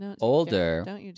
older